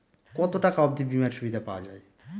কত টাকা অবধি বিমার সুবিধা পাওয়া য়ায়?